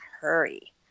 hurry